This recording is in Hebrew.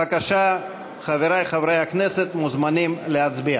בבקשה, חברי חברי הכנסת מוזמנים להצביע.